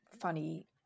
funny